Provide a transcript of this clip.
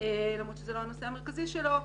למרות שזה לא הנושא המרכזי שלו,